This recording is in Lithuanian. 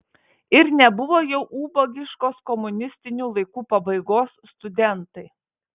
ir nebuvo jau ubagiškos komunistinių laikų pabaigos studentai